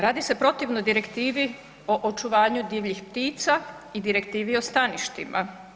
Radi se protivno Direktivi o očuvanju divljih ptica i Direktivi o staništima.